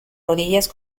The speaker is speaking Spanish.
rodillas